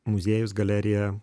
muziejus galerija